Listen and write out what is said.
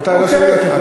אתה יכול להמשיך,